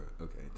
Okay